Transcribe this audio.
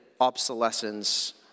obsolescence